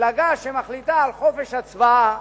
מפלגה שמחליטה על חופש הצבעה